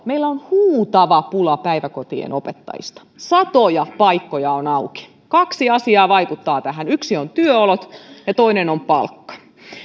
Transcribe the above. meillä on huutava pula päiväkotien opettajista satoja paikkoja on auki kaksi asiaa vaikuttaa tähän yksi on työolot ja toinen on palkka